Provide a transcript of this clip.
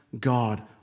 God